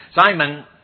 Simon